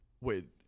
wait